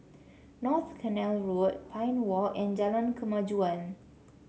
North Canal Road Pine Walk and Jalan Kemajuan